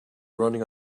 running